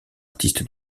artiste